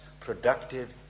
Productive